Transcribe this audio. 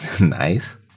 Nice